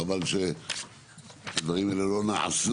חבל שהדברים האלה לא נעשו